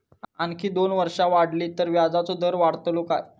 आणखी दोन वर्षा वाढली तर व्याजाचो दर वाढतलो काय?